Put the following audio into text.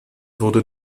wurde